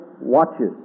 watches